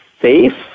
safe